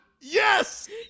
Yes